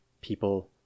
people